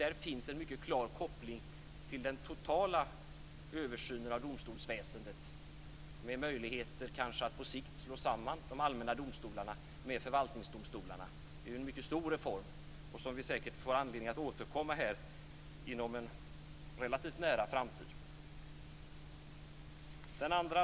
Det finns en mycket klar koppling till den totala översynen av domstolsväsendet med möjlighet att på sikt kanske slå samman de allmänna domstolarna med förvaltningsdomstolarna. Det är ju en mycket omfattande reform som vi säkert får anledning att återkomma till inom en relativt nära framtid.